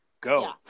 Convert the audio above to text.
go